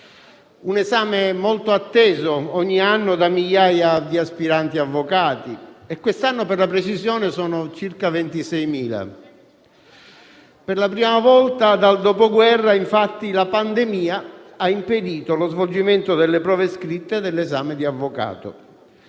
un esame molto atteso ogni anno da migliaia di aspiranti avvocati e che quest'anno, per la precisione, ha coinvolto circa 26.000 persone. Per la prima volta dal Dopoguerra, infatti, la pandemia ha impedito lo svolgimento delle prove scritte dell'esame di avvocato.